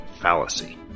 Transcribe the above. fallacy